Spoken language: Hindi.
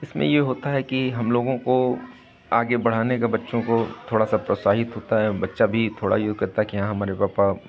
इसमें ये होता है कि हम लोगों को आगे बढ़ाने का बच्चों को थोड़ा सा प्रोत्साहित होता है बच्चा भी थोड़ा यूँ करता है कि हाँ हमारे पापा